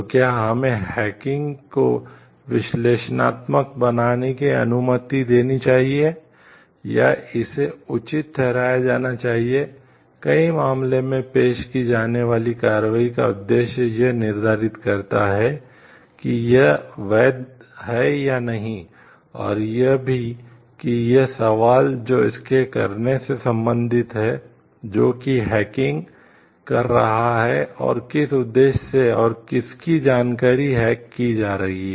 तो क्या हमें हैकिंग कर रहा है और किस उद्देश्य से और किसकी जानकारी हैक की जा रही है